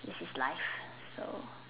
this is life so